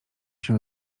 się